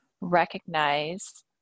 recognize